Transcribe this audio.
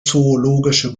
zoologische